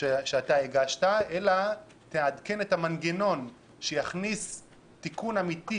שאתה הגשת, אלא תכניס תיקון אמיתי